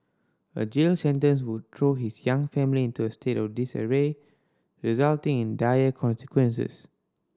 a jail sentence would throw his young family into a state of disarray resulting in dire consequences